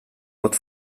vot